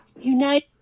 Unite